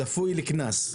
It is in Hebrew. צפוי לקנס",